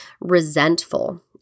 resentful